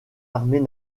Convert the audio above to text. armées